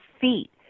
feet